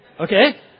Okay